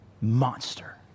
monster